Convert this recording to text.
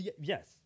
Yes